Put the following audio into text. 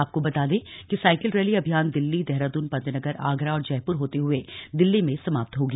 आपको बता दें कि साइकिल रैली अभियान दिल्ली देहरादून पंतनगर आगरा और जयपुर होते हुए दिल्ली में समाप्त होगी